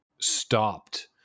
stopped